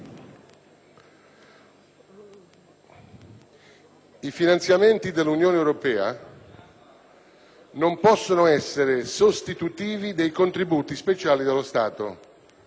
«I finanziamenti dell'Unione europea non possono essere sostitutivi dei contributi speciali dello Stato».